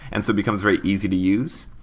and so it becomes very easy to use.